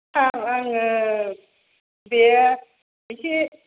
सार आङो बेयो एसे